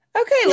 Okay